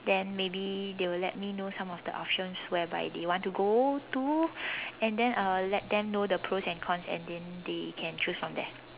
then maybe they will let me know some of the options whereby they want to go to and then I'll let them know the pros and cons and then they can choose from there